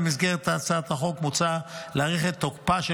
במסגרת הצעת החוק מוצע להאריך את תוקפה של